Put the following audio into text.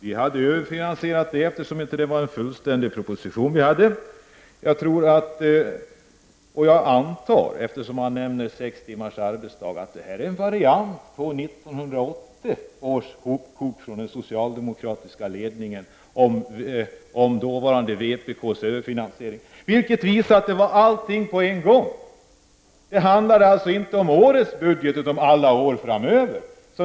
Vi hade överfinansierat våra förslag, eftersom vi inte hade haft tillgång till en fullständig proposition. Jag antar, eftersom Allan Larsson nämner sex timmars arbetsdag, att det är fråga om en variant på 1980 års hopkok från den socialdemokratiska ledningen om dåvarande vpk:s överfinansiering. Det handlar alltså inte om årets budget utan om alla år framöver.